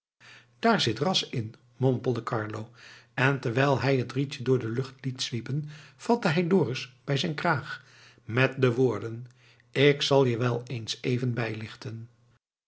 daar zit ras in mompelde carlo en terwijl hij het rietje door de lucht liet zwiepen vatte hij dorus bij zijn kraag met de woorden k zal je wel eens even bijlichten